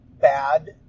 bad